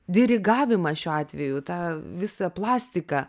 dirigavimą šiuo atveju tą visą plastiką